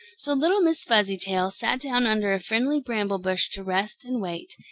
so little miss fuzzytail sat down under a friendly bramble-bush to rest and wait,